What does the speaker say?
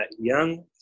young